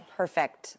perfect